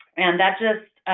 and that just